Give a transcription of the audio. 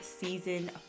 Season